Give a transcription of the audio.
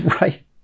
Right